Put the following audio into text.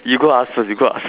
you go ask first you go ask